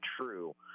true